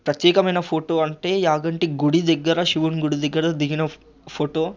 ప్రత్యేకమయిన photo అంటే యాగంటి గుడి దగ్గర శివుని గుడి దగ్గర దిగిన ఫొటో